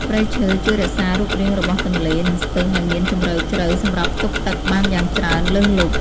ព្រៃឈើជួយរក្សារូបរាងរបស់ទន្លេ និងស្ទឹងឱ្យមានជម្រៅជ្រៅសម្រាប់ផ្ទុកទឹកបានយ៉ាងច្រើនលើសលប់។